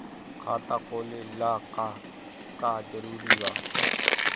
खाता खोले ला का का जरूरी बा?